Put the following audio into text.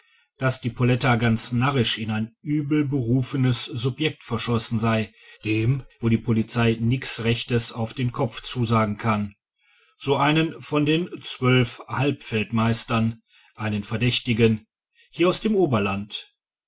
daß die poletta ganz narrisch in ein übelberufenes subjekt verschossen sei dem wo die polizei nix rechtes auf den kopf zusagen kann so einen von den zwölf haberfeldmeistern einen verdächtigen hier aus dem oberland